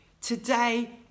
today